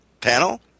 panel